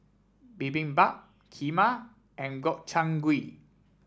Bibimbap Kheema and Gobchang Gui